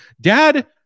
Dad